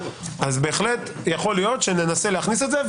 אז בהחלט יכול להיות שננסה להכניס את זה,